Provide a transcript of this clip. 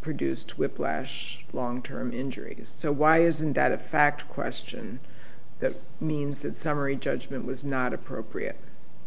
produced whiplash long term injury so why isn't that a fact question that means that summary judgment was not appropriate